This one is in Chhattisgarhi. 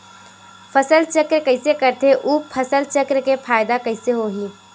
फसल चक्र कइसे करथे उ फसल चक्र के फ़ायदा कइसे से होही?